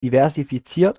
diversifiziert